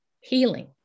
healing